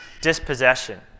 dispossession